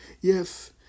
Yes